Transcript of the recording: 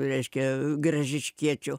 reiškia gražiškiečių